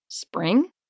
Spring